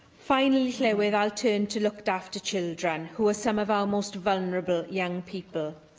finally, llywydd, i'll turn to looked-after children, who are some of our most vulnerable young people.